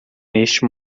neste